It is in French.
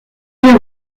des